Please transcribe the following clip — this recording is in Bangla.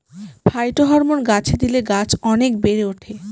ফাইটোহরমোন গাছে দিলে গাছ অনেক বেড়ে ওঠে